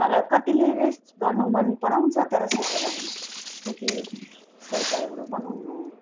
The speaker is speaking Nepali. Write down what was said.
तर कतिले रेस्ट गर्नु मनपराउँछ तर सुतेर होइन जस्तो कि स्वेटरहरू बनाउनु